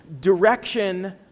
direction